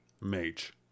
mage